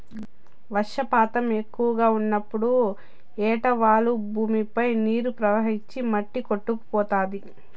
వర్షపాతం ఎక్కువగా ఉన్నప్పుడు ఏటవాలు భూమిపై నీరు ప్రవహించి మట్టి కొట్టుకుపోతాది